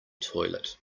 toilet